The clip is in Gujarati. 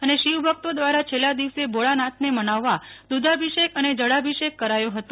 અને શિવભક્તો દ્વારા છેલ્લા દિવસે ભોળાનાથને મનાવવા દ્વધાભિષેક અને જળાભિષેક કરાયો હતો